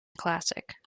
classic